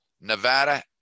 Nevada